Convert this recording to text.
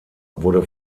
wurde